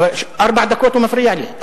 ארבע דקות הוא מפריע לי.